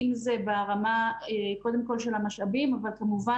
אם זה ברמה קודם כול של המשאבים אבל כמובן